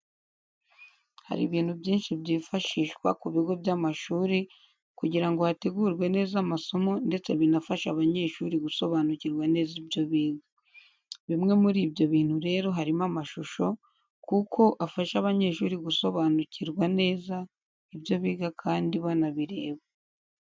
Hari ibintu byinshi by’ifashishwa ku bigo by’amashuri kugira ngo hategurwe neza amasomo ndetse binafashe abanyeshuri gusobabukirwa neza ibyo biga. Bimwe muri ibyo bintu rero harimo amashusho kuko afasha abanyeshuri gusobanukirwa neza ibyo biga kandi banabireba.